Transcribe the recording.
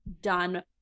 done